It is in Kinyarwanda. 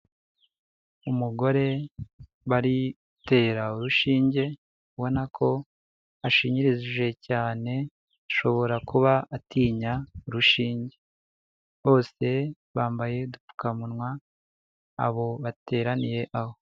Umugore bari gutera urushinge ubona ko ashinyikirije cyane ashobora kuba atinya urushinge, bose bambaye udupfukamunwa abo bateraniye aho.